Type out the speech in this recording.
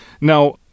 Now